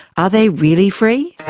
are they really free?